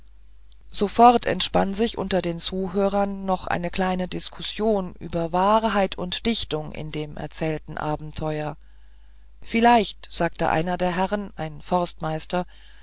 sofort entspann sich unter den zuhörern noch eine kleine diskussion über wahrheit und dichtung in dem erzählten abenteuer vielleicht sagte einer der herrn ein forstmeister